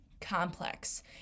complex